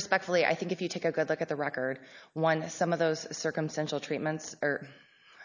respectfully i think if you take a good look at the record one some of those circumstantial treatments are